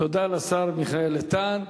תודה לשר מיכאל איתן.